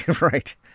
Right